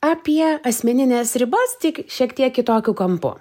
apie asmenines ribas tik šiek tiek kitokiu kampu